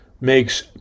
makes